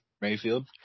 Mayfield